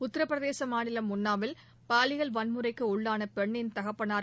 உத்திரபிரதேச மாநிலம் உன்னாவில் பாலியல் வன்முறைக்கு உள்ளான பென்ணின் தகப்பனார்